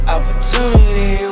Opportunity